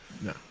No